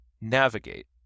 navigate